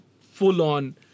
full-on